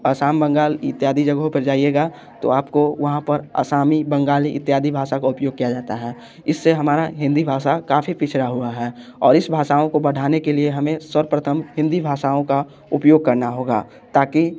असम बंगाल इत्यादि जगहों पर जाइयेगा तो आपको वहाँ पर आसामी बंगाली इत्यादि भाषा का उपयोग किया जाता है इससे हमारा हिंदी भाषा काफ़ी पिछड़ा हुआ है और इस भाषाओं को बढ़ाने के लिए हमें सर्वप्रथम हिंदी भाषाओं का उपयोग करना होगा ताकि